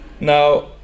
Now